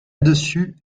dessus